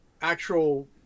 actual